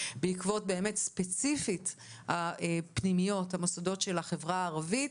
בעקבות באמת ספציפית הפנימיות והמוסדות של החברה הערבית.